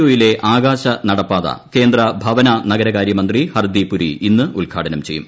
O യിലെ ആകാശ നടപ്പാത കേന്ദ്ര ഭവന നഗരകാര്യമന്ത്രി ഹർദിപ് പുരി ഇന്ന് ഉദ്ഘാടനം ചെയ്യും